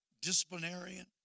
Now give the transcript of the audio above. disciplinarian